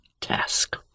task